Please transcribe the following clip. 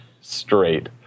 straight